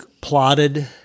plotted